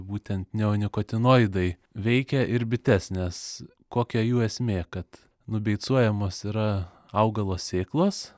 būtent neonikotinoidai veikia ir bites nes kokia jų esmė kad nubeicuojamos yra augalo sėklos